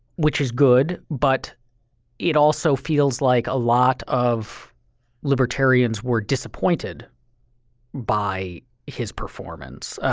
which is good, but it also feels like a lot of libertarians were disappointed by his performance,